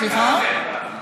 סליחה?